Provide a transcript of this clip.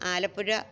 Alappuzha